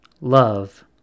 Love